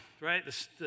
Right